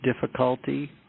difficulty